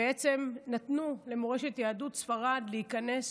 בעצם נתנו למורשת יהדות ספרד להיכנס